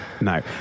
No